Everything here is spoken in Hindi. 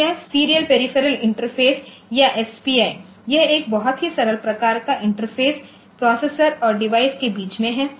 तो यह सीरियल पेरीफेरल इंटरफ़ेस या एसपीआई यह एक बहुत ही सरल प्रकार का इंटरफ़ेस प्रोसेसर और डिवाइस के बीच है